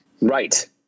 Right